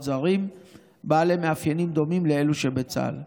זרים בעלי מאפיינים דומים לאלו של צה"ל,